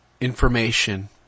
information